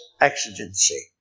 exigency